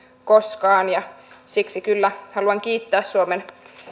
koskaan ja siksi kyllä haluan kiittää suomen